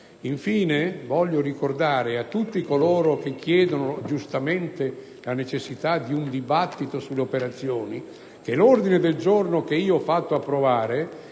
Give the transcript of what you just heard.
voglio ricordare a tutti coloro che sollecitano, giustamente, la necessità di un dibattito sulle operazioni che l'ordine del giorno da me fatto approvare